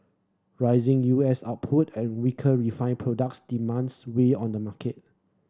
rising U S output and weaker refined products demands weighed on the market